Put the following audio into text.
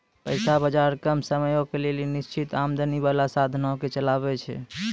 पैसा बजार कम समयो के लेली निश्चित आमदनी बाला साधनो के चलाबै छै